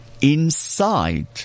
Inside